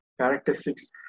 characteristics